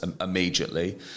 immediately